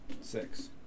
Six